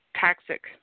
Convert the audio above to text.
toxic